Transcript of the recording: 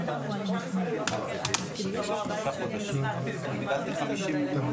נאמר שבתוך המתווה הזה חסרים כ-50 מיליון